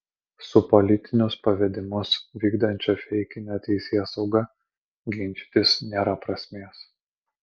su politinius pavedimus vykdančia feikine teisėsauga ginčytis nėra prasmės